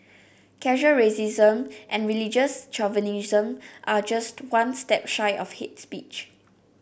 casual racism and religious chauvinism are just one step shy of hit speech